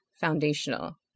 foundational